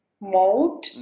mode